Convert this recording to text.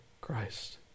Christ